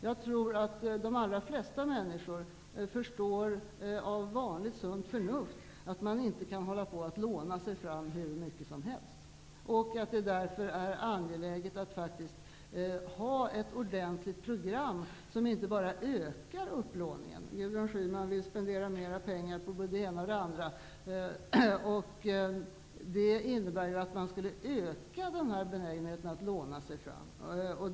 Jag tror att de allra flesta människor genom vanligt sunt förnuft förstår att man inte kan låna sig fram hur mycket som helst. Därför är det angeläget att ha ett ordentligt program som inte bara ökar upplåningen. Gudrun Schyman vill spendera mer pengar på både det ena och det andra. Det innebär att man skulle öka benägenheten att låna sig fram.